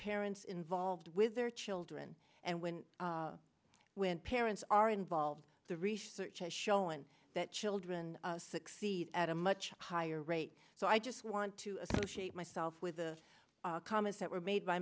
parents involved with their children and when when parents are involved the research has shown that children succeed at a much higher rate so i just want to associate myself with the comments that were made by